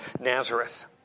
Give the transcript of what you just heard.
Nazareth